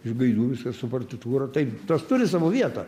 iš gaidų viskas su partitūra tai tas turi savo vietą